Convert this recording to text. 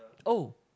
oh